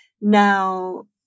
Now